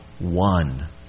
one